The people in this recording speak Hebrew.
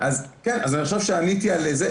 אז אני חושב שעניתי על זה.